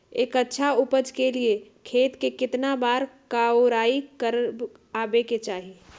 एक अच्छा उपज के लिए खेत के केतना बार कओराई करबआबे के चाहि?